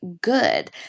good